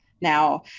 now